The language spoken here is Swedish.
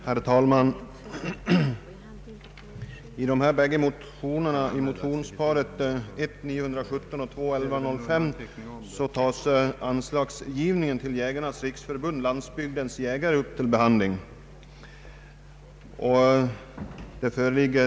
Herr talman! I jordbruksutskottets utlåtande nr 9 behandlas motionsparet 1: 917 och II: 1105, vari frågan om anslag till Jägarnas riksförbund-Landsbygdens jägare tages upp.